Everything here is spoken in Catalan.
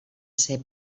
ser